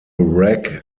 rec